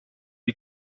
die